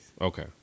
Okay